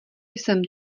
jsem